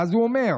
ואז הוא אומר: